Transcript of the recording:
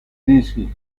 dischi